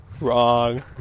Wrong